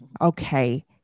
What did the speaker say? okay